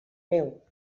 meu